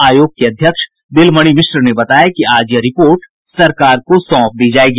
आयोग की अध्यक्ष दिलमणि मिश्र ने बताया कि आज यह रिपोर्ट सरकार को सौंप दी जायेगी